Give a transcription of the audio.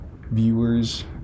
viewers